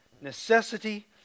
necessity